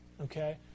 Okay